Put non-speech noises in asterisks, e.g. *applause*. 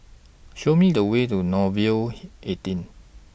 Show Me The Way to Nouvel *unintelligible* eighteen